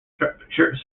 structures